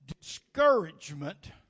Discouragement